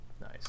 Nice